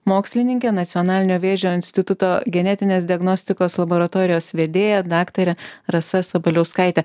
mokslininkė nacionalinio vėžio instituto genetinės diagnostikos laboratorijos vedėja daktarė rasa sabaliauskaitė